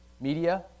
media